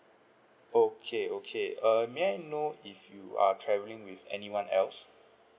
okay okay err may I know if you are travelling with anyone else